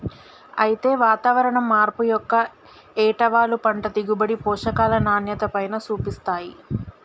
అయితే వాతావరణం మార్పు యొక్క ఏటవాలు పంట దిగుబడి, పోషకాల నాణ్యతపైన సూపిస్తాయి